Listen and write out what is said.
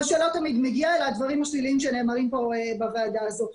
מה שלא תמיד מגיע אלא הדברים השליליים שנאמרים פה בוועדה הזאת.